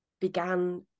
began